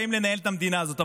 באים לנהל את המדינה הזאת.